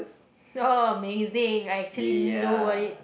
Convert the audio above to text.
amazing I actually know about it